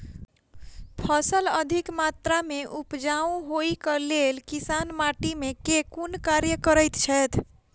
फसल अधिक मात्रा मे उपजाउ होइक लेल किसान माटि मे केँ कुन कार्य करैत छैथ?